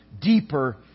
deeper